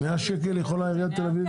100 שקל יכולה עיריית תל אביב לגבות?